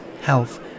health